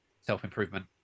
self-improvement